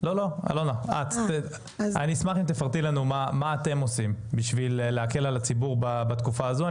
אני אשמח אם תפרטי לנו מה אתם עושים בשביל להקל על הציבור בתקופה הזו.